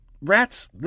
Rats